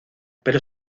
pero